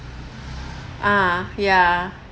ah ya